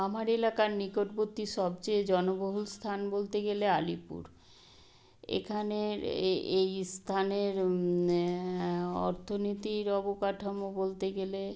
আমার এলাকার নিকটবর্তী সবচেয়ে জনবহুল স্থান বলতে গেলে আলিপুর এখানের এই স্থানের অর্থনীতির অবকাঠামো বলতে গেলে